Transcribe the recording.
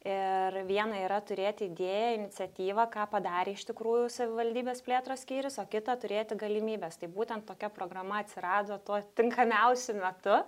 ir viena yra turėti idėją iniciatyvą ką padarė iš tikrųjų savivaldybės plėtros skyrius o kita turėti galimybes tai būtent tokia programa atsirado tuo tinkamiausiu metu